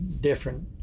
different